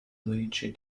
luigi